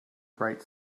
bright